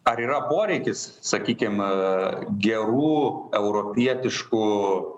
ar yra poreikis sakykim gerų europietiškų